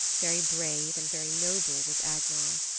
very brave and very noble was agnar.